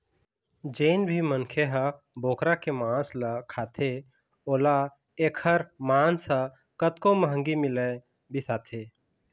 जेन भी मनखे ह बोकरा के मांस ल खाथे ओला एखर मांस ह कतको महंगी मिलय बिसाथे